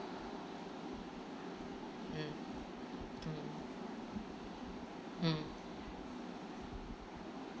mm mm mm